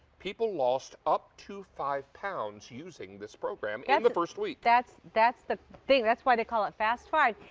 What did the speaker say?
people lost up to five pounds using this program in and the first week. that's that's the thing. that's why they call it fast five.